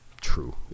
true